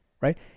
right